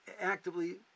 actively